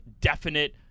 definite